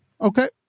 Okay